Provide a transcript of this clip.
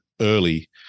early